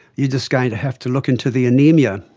you're just going to have to look into the anaemia.